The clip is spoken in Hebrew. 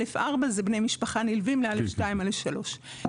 א.4 זה בני משפחה נלווים ל-א.2 ו-א.3.